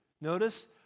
Notice